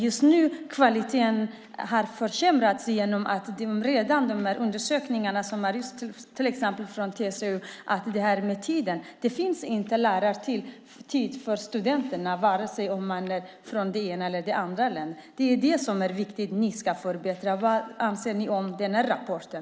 Just nu har kvaliteten försämrats. Undersökningar från till exempel TCO visar att det inte finns lärartid för studenter. Det är viktigt att ni gör förbättringar. Vad anser ni om den rapporten?